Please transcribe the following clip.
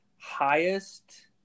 highest